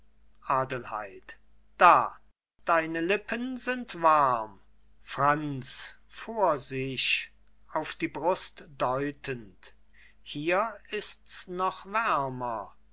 adelheid da deine lippen sind warm franz vor sich auf die brust deutend hier ist's noch